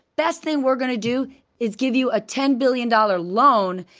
best thing we're gonna do is give you a ten billion dollars loan.